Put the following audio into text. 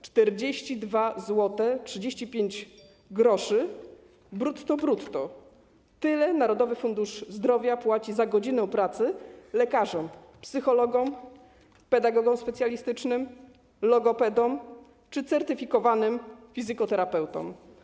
42 zł 35 gr brutto - tyle Narodowy Fundusz Zdrowia płaci za godzinę pracy lekarzom, psychologom, pedagogom specjalistycznym, logopedom czy certyfikowanym fizykoterapeutom.